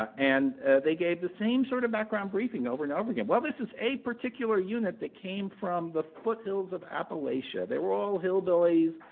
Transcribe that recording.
ah and they gave the same sort of background briefing over and over again well this is a particular unit that came from the foothills of appalachia. they were all hillbillies.